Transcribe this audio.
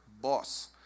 boss